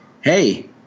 Hey